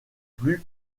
plus